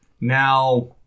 Now